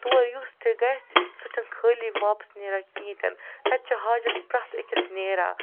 تور یُس تہِ گژھِ سُہ چھِنہٕ خٲلی واپَس نیران کِہیٖنۍ تِنہٕ تَتہِ چھِ حاجَت پرٛٮ۪تھ أکِس نیران